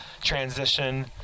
transition